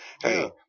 hey